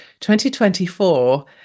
2024